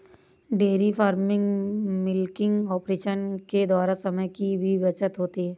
dairy farming milking operation के द्वारा समय की भी बचत होती है